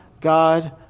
God